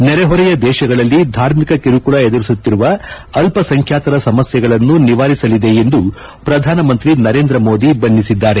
ನೆರೆಹೊರೆಯ ದೇಶಗಳಲ್ಲಿ ಧಾರ್ಮಿಕ ಕಿರುಕುಳ ಎದುರಿಸುತ್ತಿರುವ ಅಲ್ಲಸಂಖ್ಯಾತರ ಸಮಸ್ತೆಗಳನ್ನು ನಿವಾರಿಸಲಿದೆ ಎಂದು ಪ್ರಧಾನಮಂತ್ರಿ ನರೇಂದ್ರ ಮೋದಿ ಬಣ್ಣಿಸಿದ್ದಾರೆ